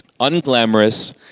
unglamorous